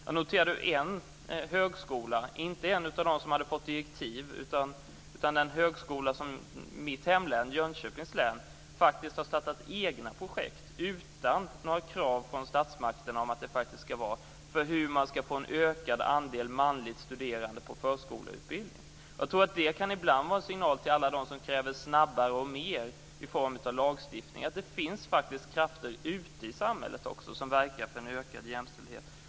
Jag har noterat att en högskola i mitt hemlän, Jönköpings län, som inte var en av dem som fått direktiv, utan några krav från statsmakterna har startat egna projekt för att få en ökad andel manligt studerande på förskollärarutbildningen. Jag tror att detta kan vara en signal till dem som kräver snabbare och fler åtgärder i form av lagstiftning. Det finns faktiskt också krafter ute i samhället som verkar för en ökad jämställdhet.